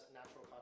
natural